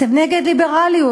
אתם נגד ליברליות.